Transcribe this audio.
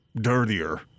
dirtier